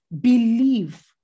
believe